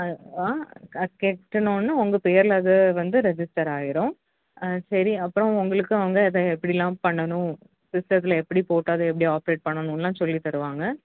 ஆ ஆ க கட்டனோன்னே உங்கள் பேரில் அது வந்து ரெஜிஸ்டர் ஆகிரும் சரி அப்புறம் உங்களுக்கு அவங்க அதை எப்படிலாம் பண்ணணும் சிஸ்டத்தில் எப்படி போட்டு அதை எப்படி ஆப்ரேட் பண்ணணுனெலாம் சொல்லித் தருவாங்க